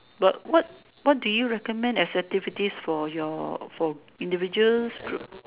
but what what do you recommend as activities for your for individuals